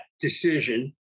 decision